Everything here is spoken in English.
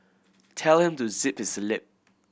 tell him to zip his lip